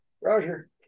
Roger